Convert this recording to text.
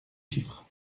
chiffres